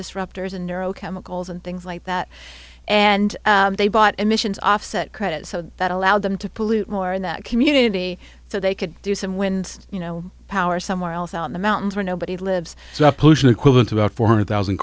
neurochemicals and things like that and they bought emissions offset credits so that allowed them to pollute more in that community so they could do some wind you know power somewhere else on the mountains where nobody lives so pollution equivalent to about four hundred thousand